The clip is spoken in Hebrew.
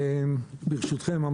ברשותכם,